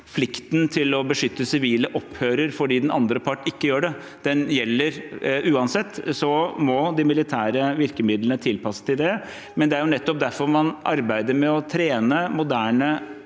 plikten til å beskytte sivile opphører fordi den andre part ikke gjør det. Den gjelder. Uansett må de militære virkemidlene tilpasses til det. Det er nettopp derfor man arbeider med å trene moderne